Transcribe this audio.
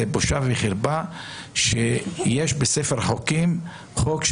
זאת בושה וחרפה שיש בספר החוקים חוק,